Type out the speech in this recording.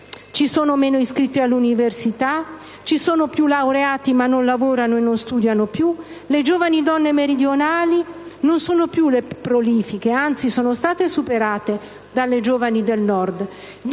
ci sono meno iscritti all'università, ci sono più laureati ma non lavorano e non studiano più, le giovani donne meridionali non sono più le più prolifiche, anzi, sono state superate dalle giovani del Nord.